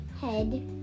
head